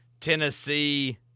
Tennessee